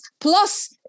Plus